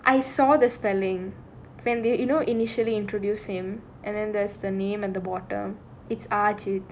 I saw the spelling when they you know initially introduced him and then there's the name at the bottom it's ajeedh